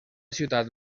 ciutat